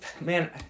man